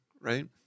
right